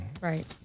Right